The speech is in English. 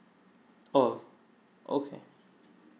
oh okay